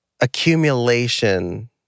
accumulation